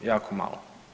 Jako malo.